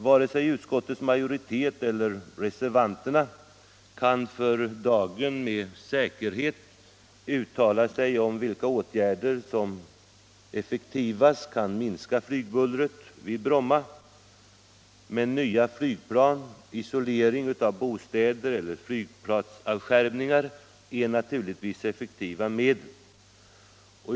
Varken utskottets majoritet eller reservanterna kan för dagen med säkerhet uttala sig om vilka åtgärder som effektivast kan minska flygbullret vid Bromma. Nya flygplan, isolering av bostäder eller flygplatsavskärmning är naturligtvis effektiva medel.